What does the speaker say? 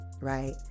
right